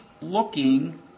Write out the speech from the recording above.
looking